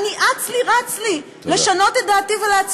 אני אץ לי רץ לי לשנות את דעתי ולהצביע.